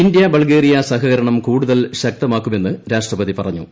India Bulgaria സഹകരണം കൂടുതൽ ശക്തമാക്കുമെന്ന് രാഷ്ട്രപതി പറഞ്ഞു